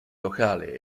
locale